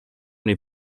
nei